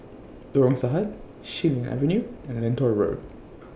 Lorong Sahad Xilin Avenue and Lentor Road